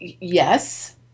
yes